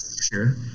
sure